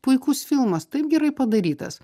puikus filmas taip gerai padarytas